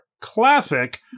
classic